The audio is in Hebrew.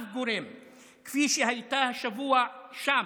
כפי שהייתה השבוע שם,